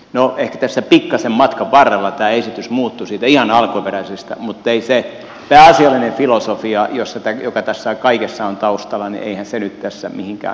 no ehkä pikkasen matkan varrella tämä esitys muuttui siitä ihan alkuperäisestä mutta eihän se pääasiallinen filosofia joka tässä kaikessa on taustalla nyt tässä mihinkään ole muuttunut